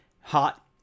hot